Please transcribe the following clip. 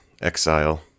Exile